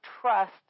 trust